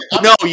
No